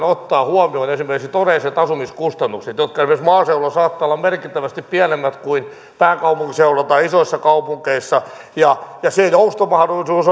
ottaa huomioon esimerkiksi todelliset asumiskustannukset jotka esimerkiksi maaseudulla saattavat olla merkittävästi pienemmät kuin pääkaupunkiseudulla tai isoissa kaupungeissa joustomahdollisuus